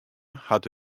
hat